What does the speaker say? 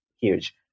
huge